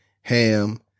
ham